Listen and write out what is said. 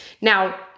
Now